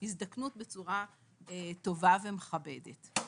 הזדקנות בצורה טובה ומכבדת.